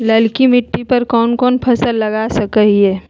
ललकी मिट्टी पर कोन कोन फसल लगा सकय हियय?